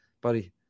buddy